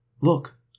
Look